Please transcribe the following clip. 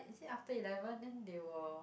is it after eleven then they will